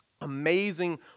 amazing